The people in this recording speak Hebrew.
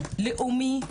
לאומי,